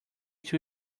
too